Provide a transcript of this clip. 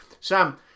Sam